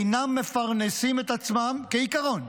אינם מפרנסים את עצמם כעיקרון,